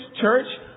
church